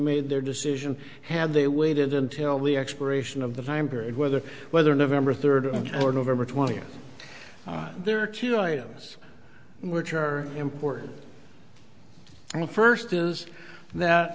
made their decision had they waited until the expiration of the time period whether whether november third or november twentieth there are two items which are important the first is that